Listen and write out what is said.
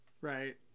Right